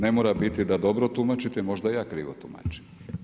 Ne mora biti da dobro tumačite, možda ja krivo tumačim.